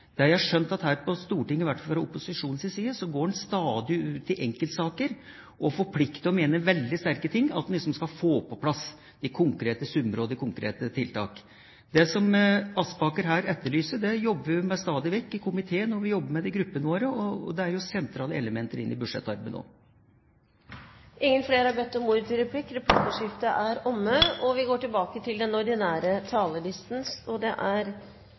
Jeg har skjønt at man her på Stortinget, i hvert fall fra opposisjonens side, går stadig ut i enkeltsaker og forplikter og mener veldig sterkt at en skal få på plass de konkrete summer og de konkrete tiltak. Det som Aspaker her etterlyser, jobber vi med stadig vekk i komiteen og i gruppene våre, og det er sentrale elementer inn i budsjettarbeidet nå. Replikkordskiftet er dermed omme. Det er en viktig melding vi har til behandling i dag, og det er bra at det er bred politisk enighet om den.